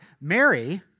Mary